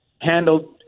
handled